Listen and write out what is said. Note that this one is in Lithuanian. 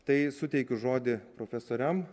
tai suteikiu žodį profesoriam